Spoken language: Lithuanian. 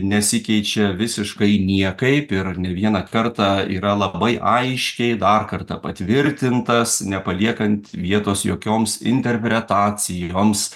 nesikeičia visiškai niekaip ir ne vieną kartą yra labai aiškiai dar kartą patvirtintas nepaliekant vietos jokioms interpretacijoms